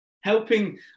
helping